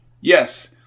Yes